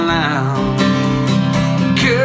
now